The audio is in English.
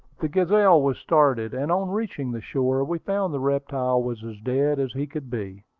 the gazelle was started, and on reaching the shore we found the reptile was as dead as he could be.